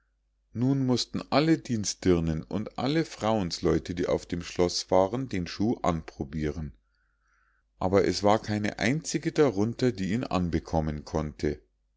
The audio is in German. nun mußten alle dienstdirnen und alle frauensleute die auf dem schloß waren den schuh anprobiren aber es war keine einzige darunter die ihn anbekommen konnte